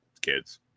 kids